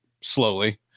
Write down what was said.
slowly